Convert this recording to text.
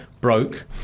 broke